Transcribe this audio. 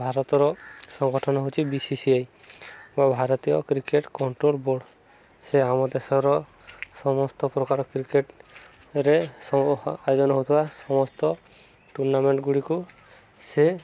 ଭାରତର ସଂଗଠନ ହେଉଛି ବି ସି ସି ଆଇ ବା ଭାରତୀୟ କ୍ରିକେଟ କଣ୍ଟ୍ରୋଲ ବୋର୍ଡ୍ ସେ ଆମ ଦେଶର ସମସ୍ତ ପ୍ରକାର କ୍ରିକେଟରେ ଆୟୋଜନ ହେଉଥିବା ସମସ୍ତ ଟୁର୍ଣ୍ଣାମେଣ୍ଟଗୁଡ଼ିକୁ ସେ